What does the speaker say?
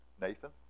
Nathan